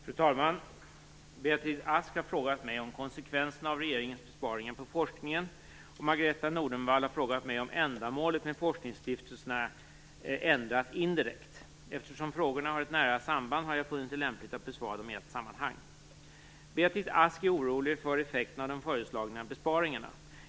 Fru talman! Beatrice Ask har frågat mig om konsekvenserna av regeringens besparingar på forskningen, och Margareta E Nordenvall har frågat mig om ändamålet med forskningsstiftelserna ändras indirekt. Eftersom frågorna har ett nära samband har jag funnit det lämpligt att besvara dem i ett sammanhang. Beatrice Ask är orolig för effekterna av de föreslagna besparingarna.